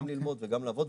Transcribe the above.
גם ללמוד וגם לעבוד.